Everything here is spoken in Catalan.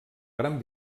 gran